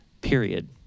period